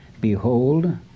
behold